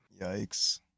Yikes